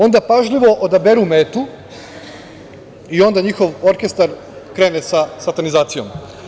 Onda pažljivo odaberu metu i onda njihov orkestar krene sa satanizacijom.